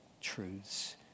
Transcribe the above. truths